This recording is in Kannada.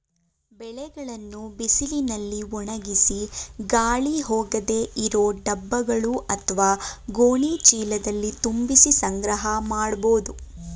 ಬೆಳೆಗಳನ್ನು ಬಿಸಿಲಿನಲ್ಲಿ ಒಣಗಿಸಿ ಗಾಳಿ ಹೋಗದೇ ಇರೋ ಡಬ್ಬಗಳು ಅತ್ವ ಗೋಣಿ ಚೀಲದಲ್ಲಿ ತುಂಬಿಸಿ ಸಂಗ್ರಹ ಮಾಡ್ಬೋದು